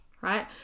right